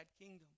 kingdom